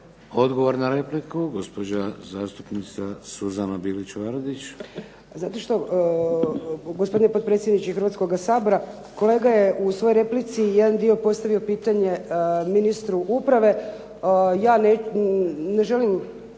Odgovor na repliku, gospođa zastupnica Suzana Bilić Vardić. **Bilić Vardić, Suzana (HDZ)** Gospodine potpredsjedniče Hrvatskoga sabora. Kolega je u svojoj replici jedan dio postavio pitanje ministru uprave. Ja ne želim